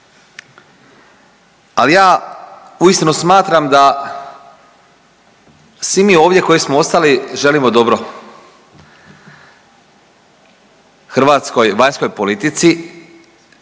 Ali ja uistinu smatram da svi mi ovdje koji smo ostali želimo dobro hrvatskoj vanjskoj politici